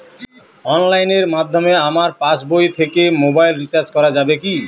অনলাইনের মাধ্যমে আমার পাসবই থেকে মোবাইল রিচার্জ করা যাবে কি?